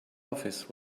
office